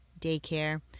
daycare